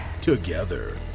together